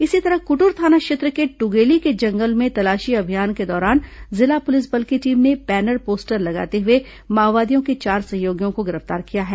इसी तरह कुदुर थाना क्षेत्र के टुगेली के जंगल में तलाशी अभियान के दौरान जिला पुलिस बल की टीम ने बैनर पोस्टर लगाते हुए माओवादियों के चार सहयोगियों को गिरफ्तार किया है